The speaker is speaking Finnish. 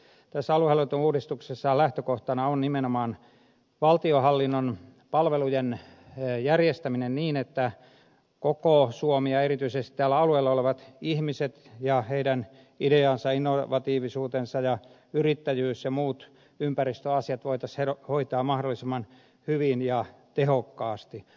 tässä aluehallintouudistuksessa lähtökohtana on nimenomaan valtionhallinnon palvelujen järjestäminen niin että koko suomi ja erityisesti täällä eri alueilla olevat ihmiset ja heidän ideansa innovatiivisuutensa ja yrittäjyys ja ympäristöasiat ja muut voitaisiin hoitaa mahdollisimman hyvin ja tehokkaasti